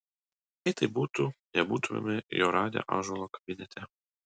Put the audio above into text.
jei taip būtų nebūtumėme jo radę ąžuolo kabinete